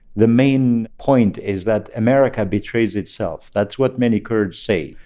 the main point is that america betrays itself. that's what many kurds say.